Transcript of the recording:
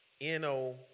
N-O